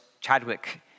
Chadwick